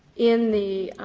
in the